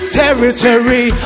territory